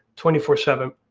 twenty four seven.